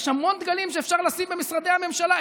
יש המון דגלים שאפשר לשים במשרדי הממשלה.